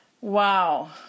wow